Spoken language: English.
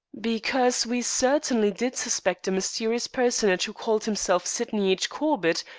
because we certainly did suspect a mysterious personage who called himself sydney h. corbett,